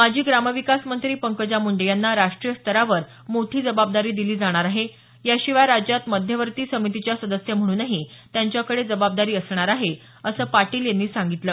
माजी ग्रामविकास मंत्री पंकजा मुंडे यांना राष्ट्रीय स्तरावर मोठी जबाबदारी दिली जाणार आहे याशिवाय राज्यात मध्यवर्ती समितीच्या सदस्य म्हणूनही त्यांच्याकडे जबाबदारी असणार आहे असं पाटील यांनी सांगितलं